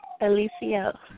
Alicia